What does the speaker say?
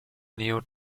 neo